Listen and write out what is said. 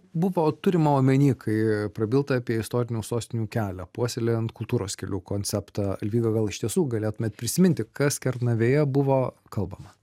buvo turima omeny kai prabilta apie istorinių sostinių kelią puoselėjant kultūros kelių konceptą alvyga gal iš tiesų galėtumėt prisiminti kas kernavėje buvo kalbama